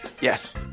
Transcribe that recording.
Yes